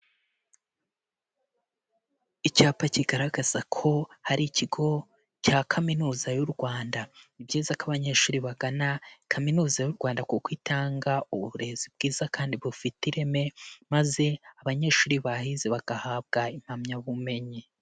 Icyapa kigaragaza ko hari ikigo cya Kaminuza y'u Rwanda, ni byiza ko abanyeshuri bagana Kaminuza y'u Rwanda kuko itanga uburezi bwiza kandi bufite ireme, maze abanyeshuri bahize bagahabwa impamyabumenyi.